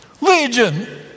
Legion